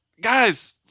guys